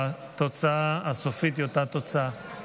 התוצאה הסופית היא אותה תוצאה.